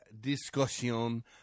discussion